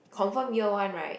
confirm year one right